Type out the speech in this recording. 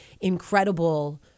incredible